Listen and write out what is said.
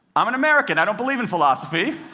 i'm an american i don't believe in philosophy.